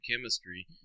chemistry